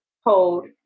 hold